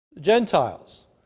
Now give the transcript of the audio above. Gentiles